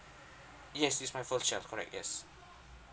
yes is my first child correct yes